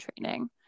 training